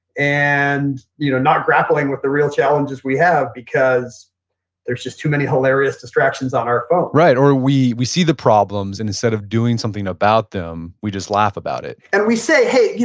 and you know not grappling with the real challenges we have because there's just too many hilarious distractions on our phone right, or we we see the problems and instead of doing something about them we just laugh about it and we say hey, yeah